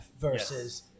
versus